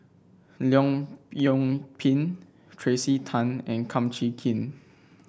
Leong Yoon Pin Tracey Tan and Kum Chee Kin